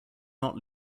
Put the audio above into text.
not